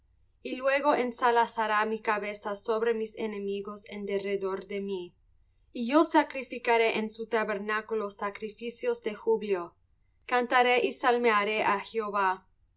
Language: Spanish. y luego ensalzará mi cabeza sobre mis enemigos en derredor de mí y yo sacrificaré en su tabernáculo sacrificios de júbilo cantaré y salmearé á jehová